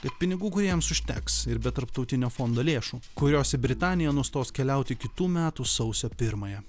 kad pinigų kūrėjams užteks ir be tarptautinio fondo lėšų kurios į britaniją nustos keliauti kitų metų sausio pirmąją